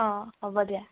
অ' হ'ব দিয়া